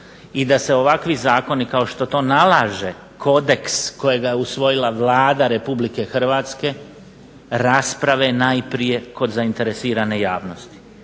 i da se ovakvi zakoni kao što to nalaže kodeks kojega je usvojila Vlada Republike Hrvatske rasprave najprije kod zainteresirane javnosti.